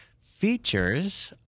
features